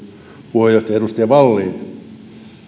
puheenjohtaja edustaja wallin